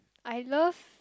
I love